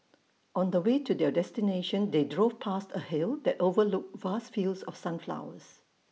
on the way to their destination they drove past A hill that overlooked vast fields of sunflowers